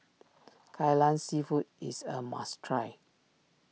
Kai Lan Seafood is a must try